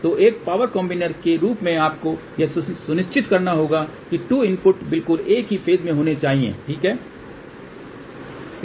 तो एक power combiner के रूप में आपको यह सुनिश्चित करना होगा कि 2 इनपुट बिल्कुल एक ही फ़ेज में होने चाहिये ठीक हैं